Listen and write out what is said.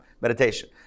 Meditation